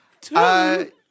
Two